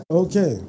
okay